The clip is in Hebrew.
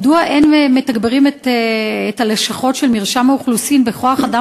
מדוע אין מתגברים את לשכות מרשם האוכלוסין בכוח-אדם